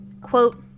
quote